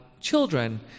children